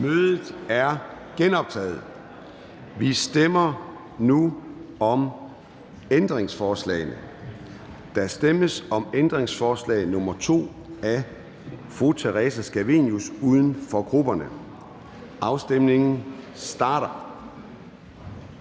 Mødet er genoptaget, og vi stemmer nu om ændringsforslagene. Der stemmes om ændringsforslag nr. 2, af Theresa Scavenius, UFG, og afstemningen starter.